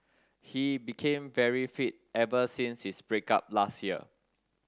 he became very fit ever since his break up last year